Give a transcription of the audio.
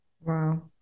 wow